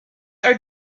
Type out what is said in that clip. are